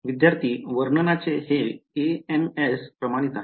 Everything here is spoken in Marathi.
विद्यार्थीः वर्णनाचे हे ans प्रमाणित आहे